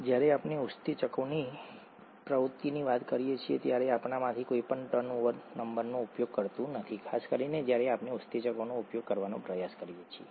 જ્યારે આપણે ઉત્સેચકોની પ્રવૃત્તિની વાત કરીએ છીએ ત્યારે આપણામાંથી કોઈ પણ ટર્નઓવર નંબરનો ઉપયોગ કરતું નથી ખાસ કરીને જ્યારે આપણે ઉત્સેચકોનો ઉપયોગ કરવાનો પ્રયાસ કરીએ છીએ